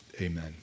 Amen